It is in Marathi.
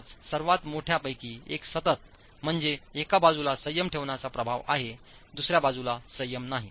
5 सर्वात मोठ्या पैकी एक सततम्हणजे एका बाजूला संयम ठेवण्याचा प्रभाव आहे दुसर्या बाजूला संयम नाही